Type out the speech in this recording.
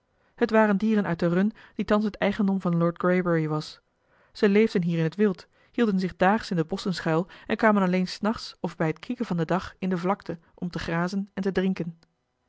het waren dieren uit de run die thans het eigendom van lord greybury was ze leefden hier in het wild hielden zich daags in de bosschen schuil en kwamen alleen s nachts of bij het krieken van den dag in de vlakte om te grazen en te drinken